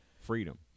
freedom